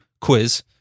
quiz